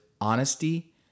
honesty